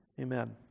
Amen